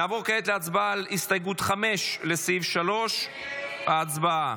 נעבור כעת להצבעה על הסתייגות 5 לסעיף 3. הצבעה.